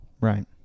Right